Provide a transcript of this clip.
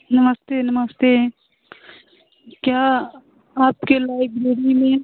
नमस्ते नमस्ते क्या आपके लाइब्रेरी में